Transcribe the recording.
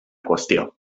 qüestió